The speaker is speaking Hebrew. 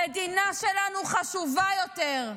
המדינה שלנו חשובה יותר.